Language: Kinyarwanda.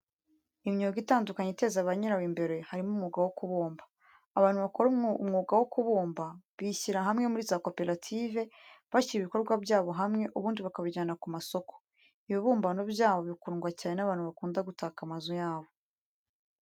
Imyuga itandukanye iteza ba nyirawo imbere, harimo umwuga wo kubumba. Abantu bakora umwuka wo kubumba bishyira hamwe muri za koperative, bashyira ibikorwa byabo hamwe ubundi bakabijyana ku ma soko. Ibibumbano byabo bikundwa cyane n'abantu bakunda gutaka amazu yabo.